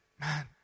man